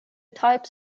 types